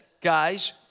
guys